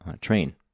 train